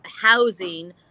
housing